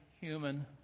human